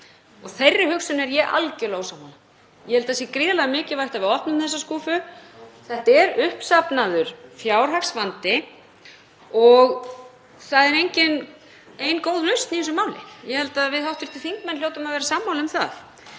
Þeirri hugsun er ég algerlega ósammála. Ég held að það sé gríðarlega mikilvægt að við opnum þessa skúffu. Þetta er uppsafnaður fjárhagsvandi og það er engin ein góð lausn í þessu máli. Ég held að við hv. þingmenn hljótum að vera sammála um það.